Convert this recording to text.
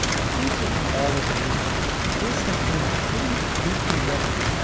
i think we can all agree this has been a pretty fluky decade,